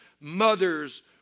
Mothers